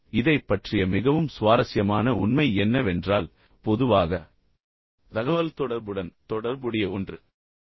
ஆனால் இதைப் பற்றிய மிகவும் சுவாரஸ்யமான உண்மை என்னவென்றால் பொதுவாக தகவல்தொடர்புடன் தொடர்புடைய ஒன்று